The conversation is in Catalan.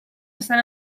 estan